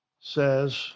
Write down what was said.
says